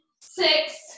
six